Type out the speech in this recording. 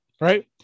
right